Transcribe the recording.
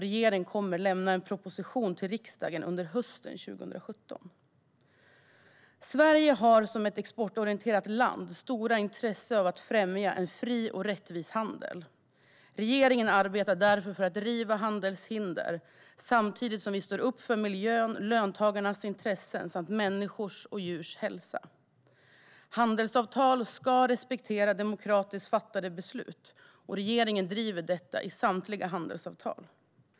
Regeringen kommer att lämna en proposition till riksdagen under hösten 2017. Sverige har som ett exportorienterat land stora intressen av att främja en fri och rättvis handel. Regeringen arbetar därför för att riva handelshinder samtidigt som man står upp för miljön, löntagarnas intressen och människors och djurs hälsa. Handelsavtal ska respektera demokratiskt fattade beslut. Regeringen driver detta i samtliga handelsavtal.